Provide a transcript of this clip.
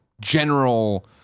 general